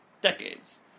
decades